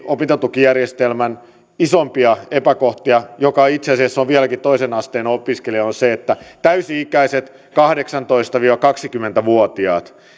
opintotukijärjestelmän isoimpaan epäkohtaan joka itse asiassa on vieläkin toisen asteen opiskelijoilla että täysi ikäiset kahdeksantoista viiva kaksikymmentä vuotiaat